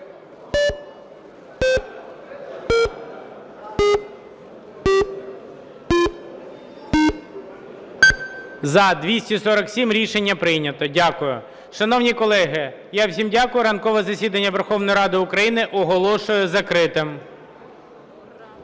За-247 Рішення прийнято. Дякую. Шановні колеги, я всім дякую. Ранкове засідання Верховної Ради України оголошую закритим.